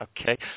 Okay